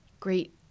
great